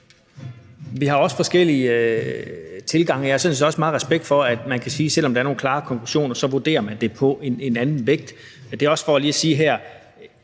vi har forskellige tilgange. Jeg har sådan set også meget respekt for, at man, selv om der er nogle klare konklusioner, kan veje det på en anden vægt. Det er også lige for at sige her,